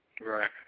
Right